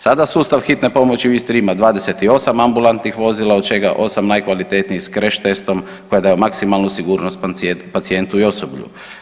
Sada sustav hitne pomoći u Istri ima 28 ambulantnih vozila od čega 8 najkvalitetnijih s kreš-testom koja daju maksimalnu sigurnost pacijentu i osoblju.